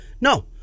No